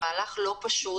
מהלך לא פשוט,